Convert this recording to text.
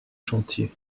chantiez